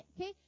Okay